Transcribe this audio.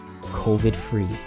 COVID-free